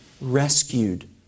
rescued